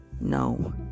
no